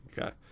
Okay